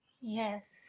Yes